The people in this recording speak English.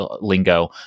lingo